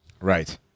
Right